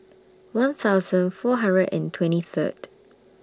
one thousand four hundred and twenty Third